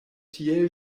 tiel